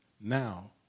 now